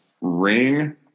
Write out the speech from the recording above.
Ring